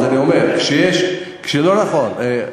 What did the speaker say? אז אני אומר: לא נכון,